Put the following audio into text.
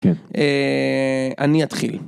אני אתחיל.